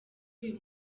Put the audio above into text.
uyu